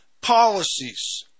Policies